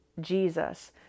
Jesus